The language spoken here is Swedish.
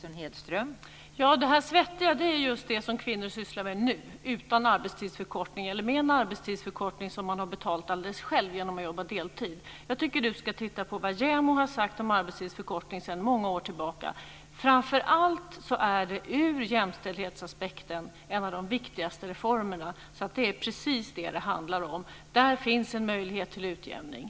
Fru talman! Ja, det här svettiga är just det som kvinnor sysslar med nu utan arbetstidsförkortning eller med en arbetstidsförkortning som de har betalat alldeles själva genom att arbeta deltid. Jag tycker att Kerstin Heinemann ska titta på vad JämO har sagt sedan många år tillbaka om en arbetstidsförkortning. Framför allt är det från jämställdhetsaspekten en av de viktigaste reformerna. Det är precis vad det handlar om. Där finns en möjlighet till utjämning.